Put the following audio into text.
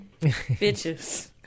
bitches